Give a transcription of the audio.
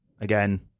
Again